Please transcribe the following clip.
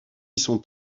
sont